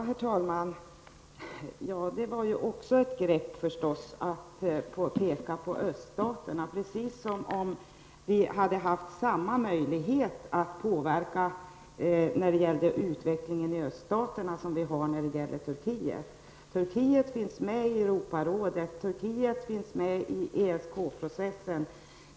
Herr talman! Det var ju också ett grepp -- att peka på öststaterna, precis som om vi hade haft samma möjlighet att påverka utvecklingen i öststaterna som vi har när det gäller Turkiet! Turkiet finns med i Europarådet, Turkiet finns med i ESK-processen.